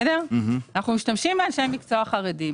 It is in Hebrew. משתמשים באנשי מקצוע חרדים.